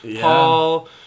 Paul